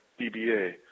DBA